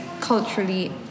culturally